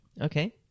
Okay